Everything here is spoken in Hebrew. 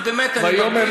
לטיבי, טובה.